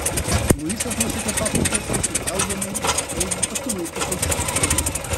luisas nusekė paskui pėdsakus į valgomąjį į svetainę paskui laiptais aukštyn